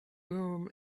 urim